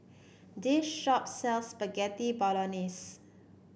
this shop sells Spaghetti Bolognese